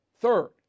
Third